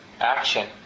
action